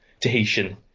tahitian